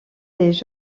des